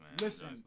Listen